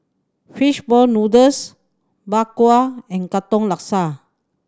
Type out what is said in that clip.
fish ball noodles Bak Kwa and Katong Laksa